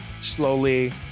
slowly